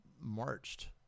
marched